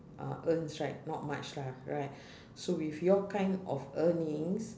uh earns right not much lah right so with your kind of earnings